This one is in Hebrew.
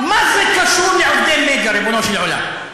מה זה קשור לעובדי "מגה", ריבונו של עולם?